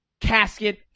casket